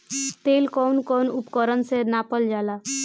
तेल कउन कउन उपकरण से नापल जाला?